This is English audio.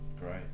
Great